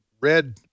red